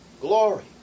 Glory